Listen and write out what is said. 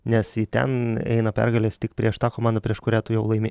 nes į ten eina pergalės tik prieš tą komandą prieš kurią tu jau laimė